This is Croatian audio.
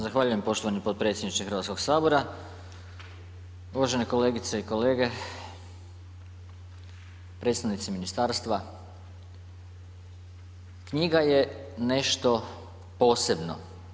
Zahvaljujem poštovani podpredsjedniče Hrvatskog sabora, uvažene kolegice i kolege, predstavnici ministarstva, knjiga je nešto posebno.